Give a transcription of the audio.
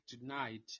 tonight